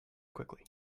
quickly